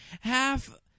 half